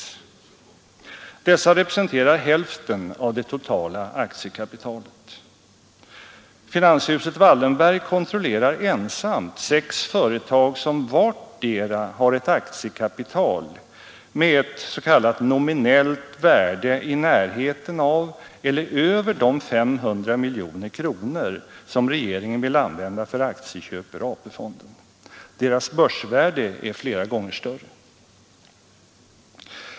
Dessa representerar hälften av det totala aktiekapitalet. Finanshuset Wallenberg kontrollerar ensamt sex företag som vartdera har ett aktiekapital med ett s.k. nominellt värde i närheten av eller över de 500 miljoner kronor som regeringen vill använda för aktieköp ur AP-fonden. Deras börsvärde är flera gånger större.